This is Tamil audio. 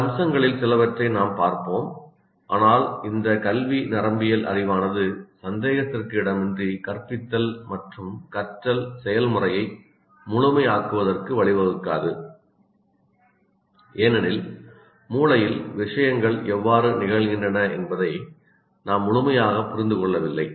இந்த அம்சங்களில் சிலவற்றை நாம் பார்ப்போம் ஆனால் இந்த கல்வி நரம்பியல் அறிவானது சந்தேகத்திற்கு இடமின்றி கற்பித்தல் மற்றும் கற்றல் செயல்முறையை முழுமையாக்குவதற்கு வழிவகுக்காது ஏனெனில் மூளையில் விஷயங்கள் எவ்வாறு நிகழ்கின்றன என்பதை நாம் முழுமையாக புரிந்து கொள்ளவில்லை